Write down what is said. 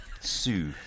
Sue